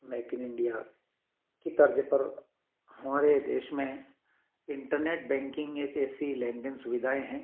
make in India की तर्ज़ पर हमारे देश में इन्टरनेट बैंकिंग एक ऐसी लेन देन सुविधाएँ हैं